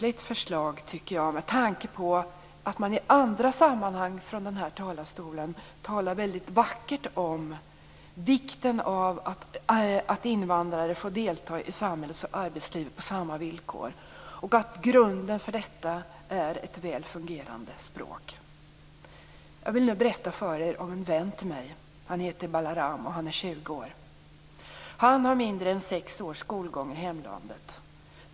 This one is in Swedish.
I andra sammanhang talas det vackert från talarstolen om vikten av att invandrare får delta i samhället och arbetslivet på samma villkor. Grunden för detta är ett väl fungerande språk. Jag vill berätta för er om en vän till mig. Han heter Balaram och han är 20 år. Han har mindre än sex års skolgång i hemlandet.